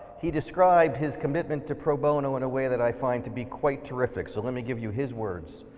he described his commitment to pro bono in a way that i find to be quite terrific, so let me give you his words.